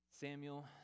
Samuel